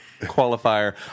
qualifier